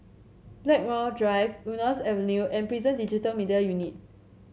Blackmore Drive Eunos Avenue and Prison Digital Media Unit